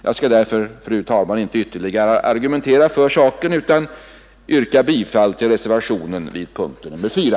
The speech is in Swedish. Jag skall därför, fru talman, inte ytterligare argumentera för saken utan yrkar bifall till reservationen vid punkten 4.